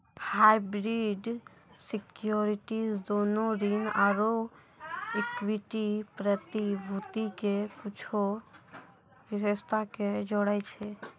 hybrid securities दोनो ऋण आरु इक्विटी प्रतिभूति के कुछो विशेषता के जोड़ै छै